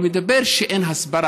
אני מדבר על זה שאין הסברה.